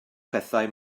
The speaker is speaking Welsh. pethau